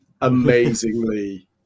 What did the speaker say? Amazingly